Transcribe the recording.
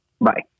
Bye